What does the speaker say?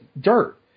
dirt